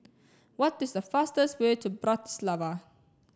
what is the fastest way to Bratislava